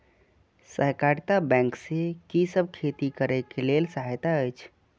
सहकारिता बैंक से कि सब खेती करे के लेल सहायता अछि?